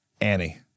annie